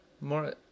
more